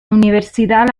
universidad